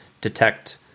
detect